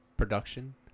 production